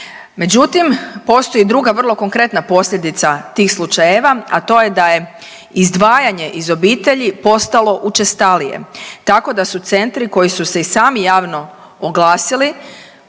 Međutim, postoji druga vrlo konkretna posljedica tih slučajeva, a to je da je izdvajanje iz obitelji postalo učestalije tako da su centri koji su se i sami javno oglasili